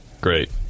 Great